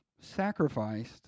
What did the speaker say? sacrificed